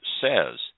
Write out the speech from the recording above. says